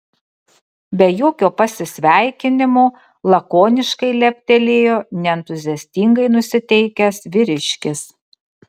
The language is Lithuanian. be jokio pasisveikinimo lakoniškai leptelėjo neentuziastingai nusiteikęs vyriškis